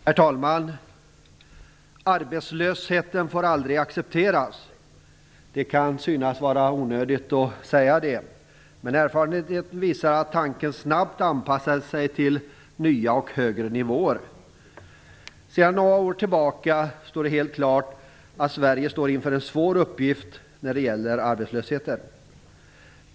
Herr talman! Arbetslösheten får aldrig accepteras. Det kan synas vara onödigt att säga det, men erfarenheten visar att tanken snabbt anpassar sig till nya och högre nivåer. Sedan några år tillbaka står det helt klart att Sverige står inför en svår uppgift när det gäller arbetslösheten.